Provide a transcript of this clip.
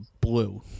blue